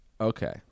Okay